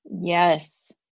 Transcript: Yes